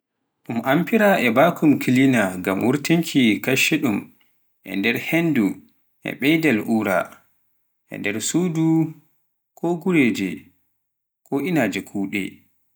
um amfira vacuum cleaner ngam wurkinti kaccuɗun e nder henndu e ɓeydaal ura, e nder suudu ko ngureje ko inaage kuuɗu